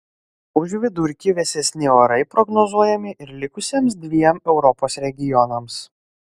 už vidurkį vėsesni orai prognozuojami ir likusiems dviem europos regionams